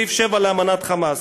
סעיף 7 לאמנת "חמאס"